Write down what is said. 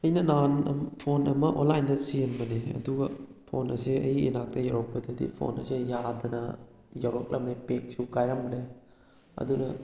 ꯑꯩꯅ ꯅꯍꯥꯟ ꯐꯣꯟ ꯑꯃ ꯑꯣꯟꯂꯥꯏꯟꯗ ꯆꯦꯟꯕꯅꯦ ꯑꯗꯨꯒ ꯐꯣꯟ ꯑꯁꯦ ꯑꯩ ꯏꯅꯥꯛꯇ ꯌꯧꯔꯛꯄꯗꯗꯤ ꯐꯣꯟ ꯑꯁꯦ ꯌꯥꯗꯅ ꯌꯧꯔꯛꯂꯝꯃꯦ ꯄꯦꯛꯁꯨ ꯀꯥꯏꯔꯝꯂꯦ ꯑꯗꯨꯅ